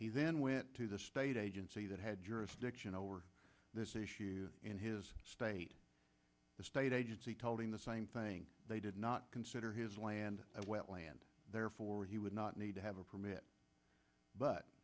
then went to the state agency that had jurisdiction over this issue in his state the state agency told him the same thing they did not consider his land a wetland therefore he would not need to have a permit but